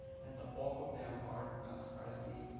and a bulk of them are, not surprisingly,